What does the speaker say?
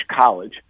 college